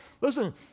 listen